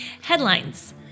Headlines